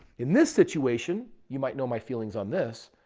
in this situation, you might know my feelings on this.